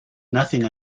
nothing